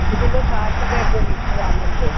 हिक किलो छहाठि रुपए जो लीटर आहे मुंहिंजो